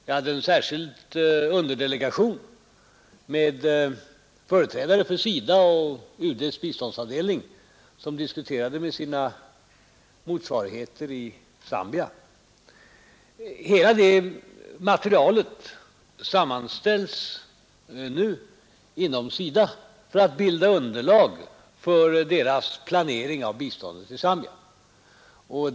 Jag hade med mig en särskild underdelegation med företrädare för SIDA och UD:s biståndsavdelning som diskuterade med representanter för motsvarande organisationer i Zambia. Hela det materialet sammanställs nu inom SIDA för att bilda underlag för planeringen av biståndet i Zambia.